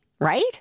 right